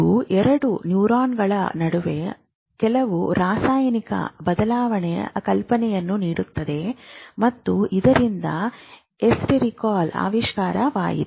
ಇದು ಎರಡು ನ್ಯೂರಾನ್ಗಳ ನಡುವೆ ಕೆಲವು ರಾಸಾಯನಿಕ ಬದಲಾವಣೆಯ ಕಲ್ಪನೆಯನ್ನು ನೀಡಿತು ಮತ್ತು ಅದು ಎಸ್ಟಿಯರ್ಕೋಲ್ ಆವಿಷ್ಕಾರವಾಗಿತ್ತು